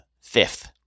fifth